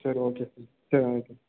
சரி okay sir சரி okay